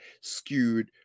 skewed